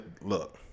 look